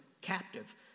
captive